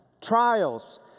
trials